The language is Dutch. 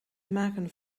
maken